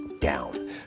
down